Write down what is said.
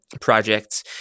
projects